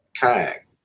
kayak